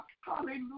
Hallelujah